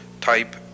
type